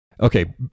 okay